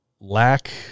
lack